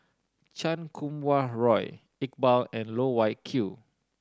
Chan Kum Wah Roy Iqbal and Loh Wai Kiew